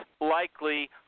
likely